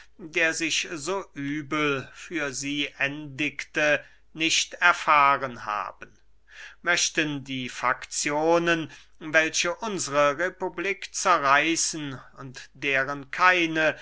der sich so übel für sie endigte nicht erfahren haben möchten die fakzionen welche unsre republik zerreißen und deren keine